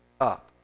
up